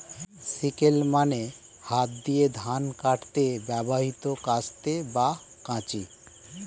sickle মানে হাত দিয়ে ধান কাটতে ব্যবহৃত কাস্তে বা কাঁচি